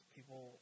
People